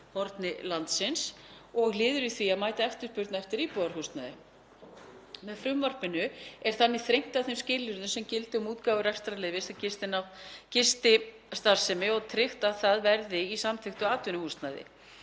landsins og liður í því að mæta eftirspurn eftir íbúðarhúsnæði. Með frumvarpinu er þannig þrengt að þeim skilyrðum sem gilda um útgáfu rekstrarleyfis til gististarfsemi og tryggt að það verði í samþykktu atvinnuhúsnæði.